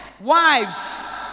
Wives